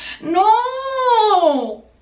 no